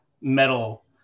metal